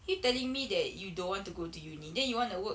keep telling me that you don't want to go to uni then you want to work